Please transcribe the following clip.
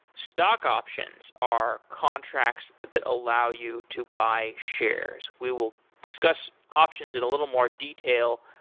stock options are contracts that allow you to buy shares. we will discuss options in a little more detail.